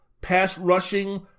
pass-rushing